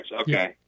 okay